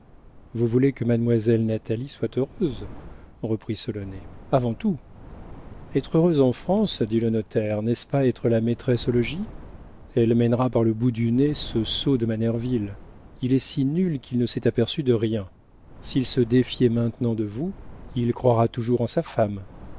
vous voulez que mademoiselle natalie soit heureuse reprit solonet avant tout être heureuse en france dit le notaire n'est-ce pas être la maîtresse au logis elle mènera par le bout du nez ce sot de manerville il est si nul qu'il ne s'est aperçu de rien s'il se défiait maintenant de vous il croira toujours en sa femme